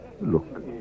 Look